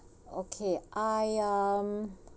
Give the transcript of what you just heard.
okay I um